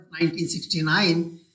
1969